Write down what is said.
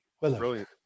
brilliant